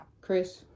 Chris